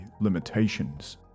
limitations